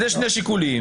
יש שני שיקולים,